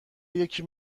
یکی